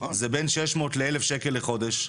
זה בין שש מאות לאלף שקל לחודש,